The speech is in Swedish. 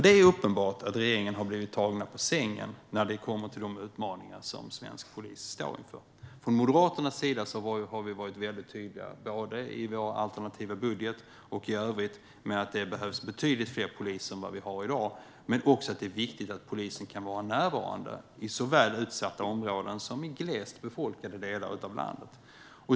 Det är uppenbart att regeringen har blivit tagen på sängen när det kommer till de utmaningar svensk polis står inför. Från Moderaternas sida har vi varit väldigt tydliga både i vår alternativa budget och i övrigt med att det behövs betydligt fler poliser än vad vi har i dag. Det är också viktigt att polisen kan vara närvarande i såväl utsatta områden som glest befolkade delar av landet.